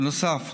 בנוסף,